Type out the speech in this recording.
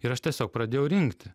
ir aš tiesiog pradėjau rinkti